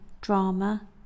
Drama